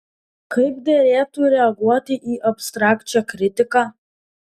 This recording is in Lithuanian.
kaip derėtų reaguoti į abstrakčią kritiką